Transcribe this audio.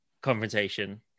confrontation